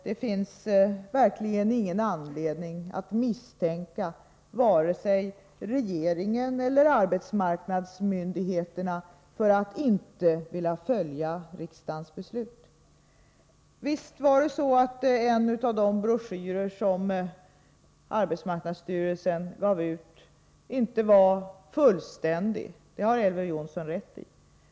Det finns verkligen ingen anledning att misstänka vare sig regeringen eller arbetsmarknadsmyndigheterna för att inte vilja följa riksdagens beslut. Visserligen var inte en av de broschyrer som arbetsmarknadsstyrelsen gav ut fullständig. Det har Elver Jonsson rätt i.